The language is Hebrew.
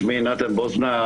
שמי נתן בוזנה,